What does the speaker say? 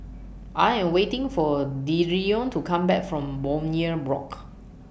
I Am waiting For Dereon to Come Back from Bowyer Block